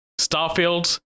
Starfield